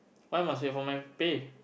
why must wait for my pay